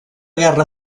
guerra